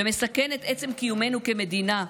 ומסכן את עצם קיומנו כמדינה.